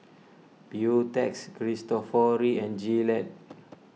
Beautex Cristofori and Gillette